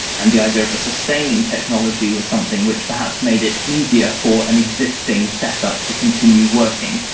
and the idea of a sustaining technology was something which perhaps made it easier for an existing set-up to continue working.